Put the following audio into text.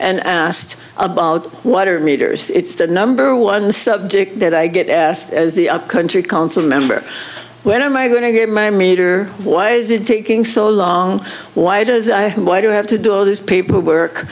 and asked about water meters it's the number one subject that i get asked as the upcountry council member when am i going to get my meter why is it taking so long why does i why do i have to do all these people work